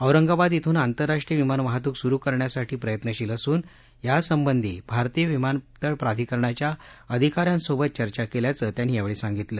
औरंगाबाद श्रिन आंतरराष्ट्रीय विमान वाहतूक सुरू करण्यासाठी प्रयत्नशील असून यासंबंधी भारतीय विमानतळ प्राधिकारणाच्या अधिकाऱ्यांसोबत चर्चा केल्याचं त्यांनी यावेळी सांगितलं